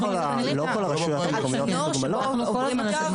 רגע, בואו נתקדם.